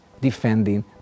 defending